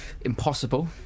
impossible